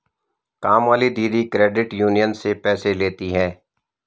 कामवाली दीदी credit union से पैसे लेती हैं